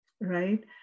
right